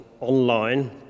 online